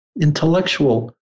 intellectual